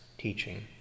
teaching